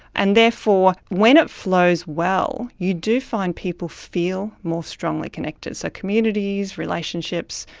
and therefore when it flows well, you do find people feel more strongly connected. so communities, relationships,